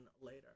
later